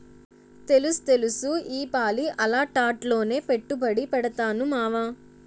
తెలుస్తెలుసు ఈపాలి అలాటాట్లోనే పెట్టుబడి పెడతాను మావా